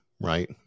Right